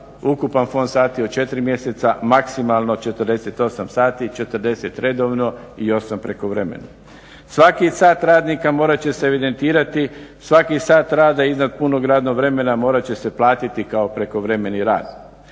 ukupan fond sati u 4 mjeseca maksimalno 48 sati, 40 redovno i 8 prekovremeno. Svaki sat radnika morat će se evidentirati, svaki sat rada iznad punog radnog vremena morat će se platiti kao prekovremeni rad.